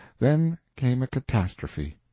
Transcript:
then came a catastrophe.